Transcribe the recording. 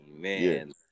man